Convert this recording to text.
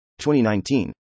2019